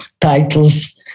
titles